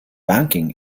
banking